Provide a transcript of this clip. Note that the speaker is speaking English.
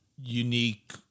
unique